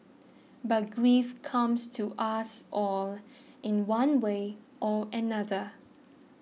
but grief comes to us all in one way or another